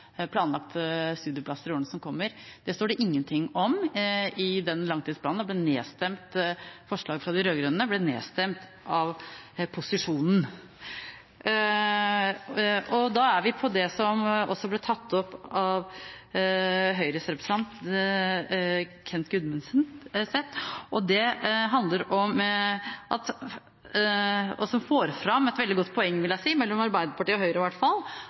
antall studieplasser i årene som kommer. Det står det ingenting om i denne langtidsplanen. Forslaget fra de rød-grønne ble nedstemt av posisjonen. Da er vi inne på det som også ble tatt opp av Høyres representant Kent Gudmundsen, og som får fram et veldig godt poeng, vil jeg si, når det gjelder forskjellen mellom Arbeiderpartiet og Høyre: